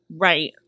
right